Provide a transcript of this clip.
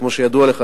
כמו שידוע לך,